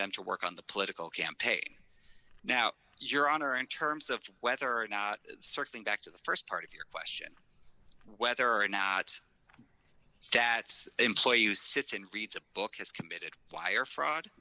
them to work on the political campaign now your honor in terms of whether or not circling back to the st part of your question whether or not jats employee who sits and reads a book has committed wire fraud